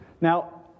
Now